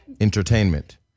Entertainment